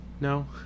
No